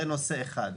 זה נושא אחד.